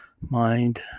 mind